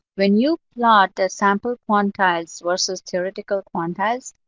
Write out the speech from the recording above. when you plot the sample quantized versus theoretical quantized,